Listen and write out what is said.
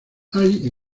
hay